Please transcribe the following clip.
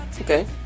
Okay